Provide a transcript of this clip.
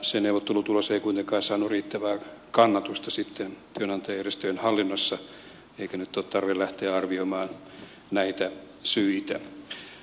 se neuvottelutulos ei kuitenkaan saanut riittävää kannatusta sitten työnantajajärjestöjen hallinnossa eikä nyt ole tarve lähteä arvioimaan näitä syitä